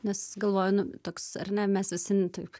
nes galvoju nu toks ar ne mes visi taip